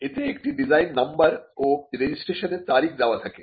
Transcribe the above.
এতে একটি design number ও রেজিস্ট্রেশনের তারিখ দেওয়া থাকে